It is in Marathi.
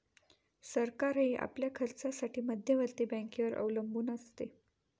सरकारही आपल्या खर्चासाठी मध्यवर्ती बँकेवर अवलंबून असते